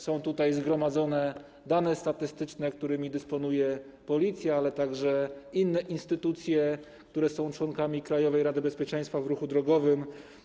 Są tutaj zgromadzone dane statystyczne, którymi dysponuje Policja, ale także inne instytucje, które są członkami Krajowej Rady Bezpieczeństwa Ruchu Drogowego.